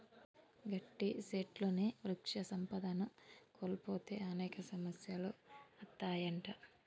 గట్టి సెట్లుని వృక్ష సంపదను కోల్పోతే అనేక సమస్యలు అత్తాయంట